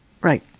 Right